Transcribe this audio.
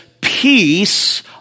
peace